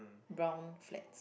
brown flats